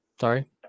Sorry